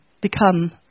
become